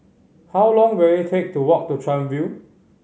how long will it take to walk to Chuan View